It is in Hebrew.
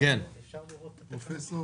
אפשר לראות את התקנות לפני אישור